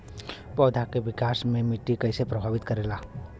पौधा के विकास मे मिट्टी कइसे प्रभावित करेला?